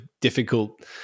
difficult